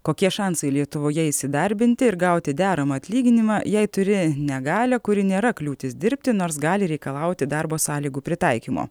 kokie šansai lietuvoje įsidarbinti ir gauti deramą atlyginimą jei turi negalią kuri nėra kliūtis dirbti nors gali reikalauti darbo sąlygų pritaikymo